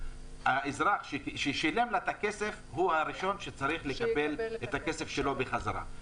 האזרח ששילם לה את הכסף הוא הראשון שצריך לקבל את הכסף שלו בחזרה.